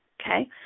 Okay